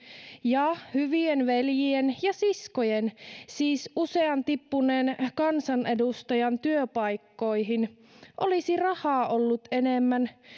ja hyvien veljien ja siskojen siis usean tippuneen kansanedustajan työpaikkoihin olisi rahaa ollut enemmän